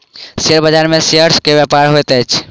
share बाजार में shares के व्यापार होइत अछि